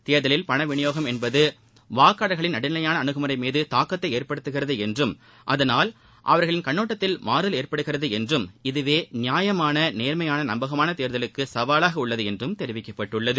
தேர்தலில் பணவிநியோகம் என்பது வாக்காளர்களின் நடுநிலையான அனுகுமுறை மீது தாக்கத்தை ஏற்படுத்துகிறது என்றும் அதனால் அவர்களின் கண்ணோட்டத்தில் மாறுதல் ஏற்படுகிறது என்றும் இதுவே நியாயமான நேர்மையான நம்பகமான தேர்தலுக்கு சவாலாக உள்ளது என்றும் தெிவிக்கப்பட்டுள்ளது